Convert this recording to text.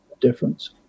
difference